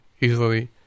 easily